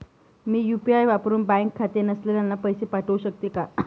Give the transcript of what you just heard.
मी UPI वापरुन bank खाते नसलेल्यांना पैसे पाठवू शकते का?